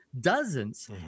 dozens